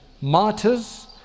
martyrs